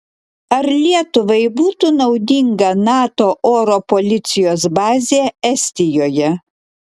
ar lietuvai būtų naudinga nato oro policijos bazė estijoje